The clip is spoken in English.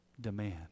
demand